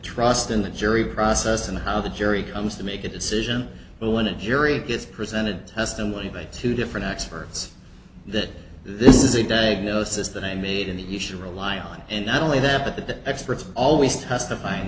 trust in the jury process and how the jury comes to make a decision but when a jury is presented testimony by two different experts that this is a diagnosis that i made in that you should rely on and not only that but the experts always testify in